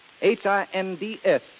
H-I-N-D-S